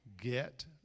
Get